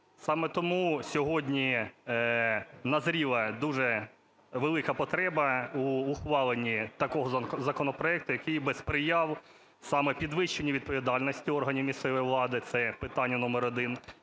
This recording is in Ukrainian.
Саме тому сьогодні назріла дуже велика потреба у ухваленні такого законопроекту, який би сприяв саме підвищенню відповідальності органів місцевої влади, це питання номер один.